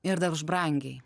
ir dar už brangiai